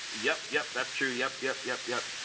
yep. yep. that's true. yep. yep. yep. yep.